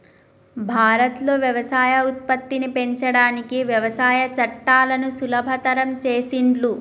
భారత్ లో వ్యవసాయ ఉత్పత్తిని పెంచడానికి వ్యవసాయ చట్టాలను సులభతరం చేసిండ్లు